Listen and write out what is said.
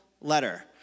letter—